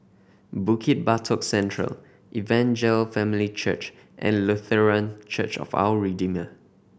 Bukit Batok Central Evangel Family Church and Lutheran Church of Our Redeemer